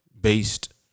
based